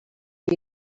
are